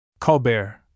Colbert